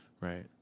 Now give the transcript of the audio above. right